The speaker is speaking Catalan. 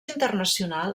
internacional